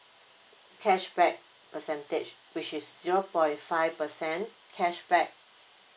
cashback percentage which is zero point five percent cashback